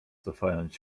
cofając